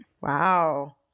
Wow